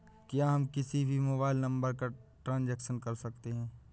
क्या हम किसी भी मोबाइल नंबर का ट्रांजेक्शन कर सकते हैं?